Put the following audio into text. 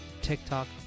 TikTok